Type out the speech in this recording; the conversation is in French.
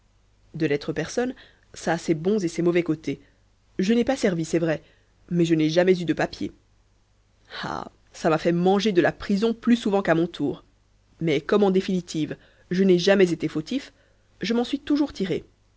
de n'être personne ça a ses bons et ses mauvais côtés je n'ai pas servi c'est vrai mais je n'ai jamais eu de papiers ah ça m'a fait manger de la prison plus souvent qu'à mon tour mais comme en définitive je n'ai jamais été fautif je m'en suis toujours tiré